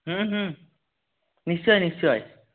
হুম হুম নিশ্চয়ই নিশ্চয়ই